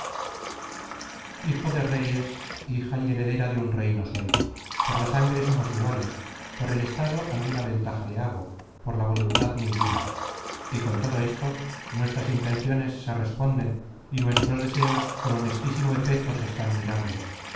hijo de rey es hija y heredera de un reino soy por la sangre somos iguales por el estado alguna ventaja le hago por la voluntad ninguna y con todo esto nuestras intenciones se responden y nuestros deseos con honestísimo efeto se están mirando